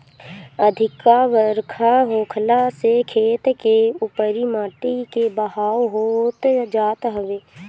अधिका बरखा होखला से खेत के उपरी माटी के बहाव होत जात हवे